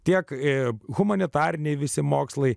tiek ir humanitariniai visi mokslai